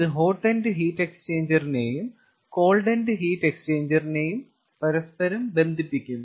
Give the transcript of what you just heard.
ഇത് hot end heat എക്സ്ചേഞ്ചറിനെയും cold end heat എക്സ്ചേഞ്ചറിനെയും പരസ്പരം ബന്ധിപ്പിക്കുന്നു